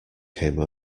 came